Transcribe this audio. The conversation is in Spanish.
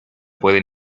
pueden